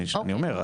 אני אומר,